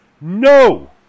No